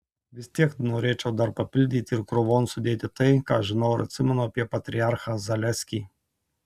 vis tiek norėčiau dar papildyti ir krūvon sudėti tai ką žinau ir atsimenu apie patriarchą zaleskį